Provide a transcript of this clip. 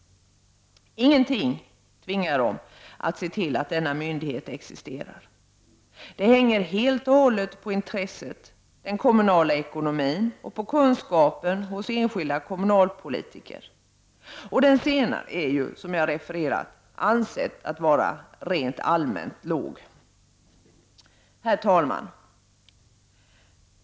Ingenting tvingar dem att se till att denna myndighet existerar. Det hänger helt och hållet på intresset, den kommunala ekonomin och på kunskapen hos enskilda kommunalpolitiker. Och kunskapen är ju, som jag refererat, ansedd att rent allmänt vara liten. Herr talman!